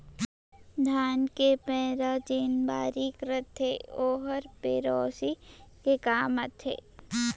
धान के पैरा जेन बारीक रथे ओहर पेरौसी के काम आथे